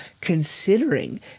considering